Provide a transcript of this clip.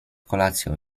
kolacją